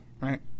Right